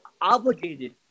obligated